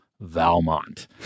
valmont